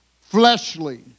fleshly